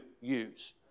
use